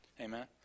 Amen